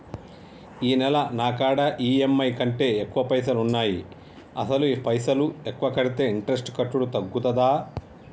ఈ నెల నా కాడా ఈ.ఎమ్.ఐ కంటే ఎక్కువ పైసల్ ఉన్నాయి అసలు పైసల్ ఎక్కువ కడితే ఇంట్రెస్ట్ కట్టుడు తగ్గుతదా?